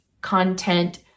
content